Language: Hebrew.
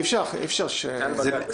אפשר שפורר יבוא לפה?